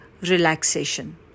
relaxation